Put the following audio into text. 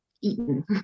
eaten